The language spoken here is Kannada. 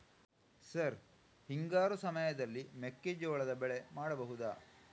ಸರ್ ಹಿಂಗಾರು ಸಮಯದಲ್ಲಿ ಮೆಕ್ಕೆಜೋಳದ ಬೆಳೆ ಮಾಡಬಹುದಾ?